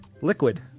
Liquid